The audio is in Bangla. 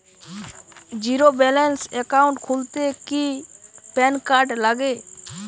জীরো ব্যালেন্স একাউন্ট খুলতে কি প্যান কার্ড লাগে?